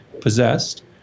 possessed